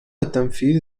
تنفيذ